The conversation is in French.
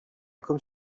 comme